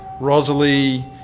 Rosalie